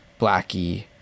Blackie